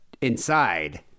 inside